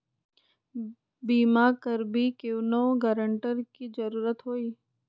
बिमा करबी कैउनो गारंटर की जरूरत होई?